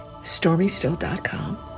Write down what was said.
Stormystill.com